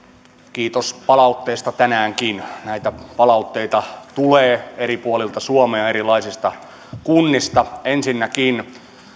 kiitos palautteesta tänäänkin näitä palautteita tulee eri puolilta suomea erilaisista kunnista ensinnäkin